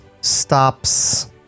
stops